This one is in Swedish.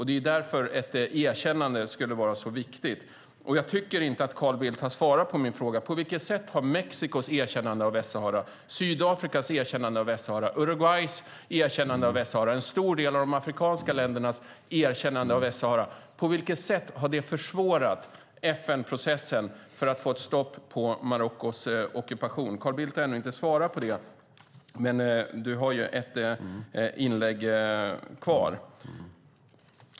Det är därför ett erkännande skulle vara så viktigt. Jag tycker inte att Carl Bildt har svarat på min fråga. På vilket sätt har Mexikos, Sydafrikas, Uruguays och en stor del av de afrikanska ländernas erkännande av Västsahara försvårat FN-processen för att få ett stopp på Marockos ockupation? Carl Bildt har ännu inte svarat på det, men du har ju ett inlägg kvar.